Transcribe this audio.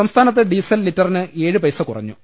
സംസ്ഥാനത്ത് ഡീസൽ ലിറ്ററിന് ഏഴു പൈസ കുറഞ്ഞു